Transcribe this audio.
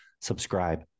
subscribe